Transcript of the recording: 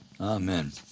Amen